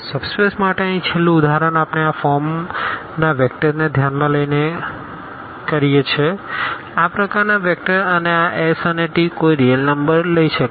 subspace માટે અહીં છેલ્લું ઉદાહરણ આપણે આ ફોર્મના વેક્ટર્સને ધ્યાનમાં લઈએ છીએs4t3s t5st2tT આ પ્રકારનાં વેક્ટર્સ અને આ s અને t કોઈ રીઅલ નંબર લઈ શકે છે